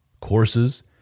courses